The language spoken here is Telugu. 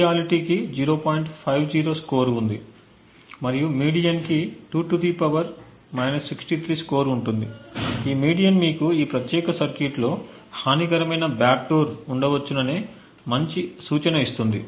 50 స్కోరు ఉంది మరియు మీడియన్కి 2 స్కోరు ఉంటుంది ఈ మీడియన్ మీకు ఈ ప్రత్యేక సర్క్యూట్లో హానికరమైన బ్యాక్ డోర్ ఉండవచ్చుననే మంచి సూచన ఇస్తుంది